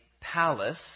Palace